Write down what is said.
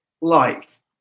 life